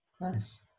Nice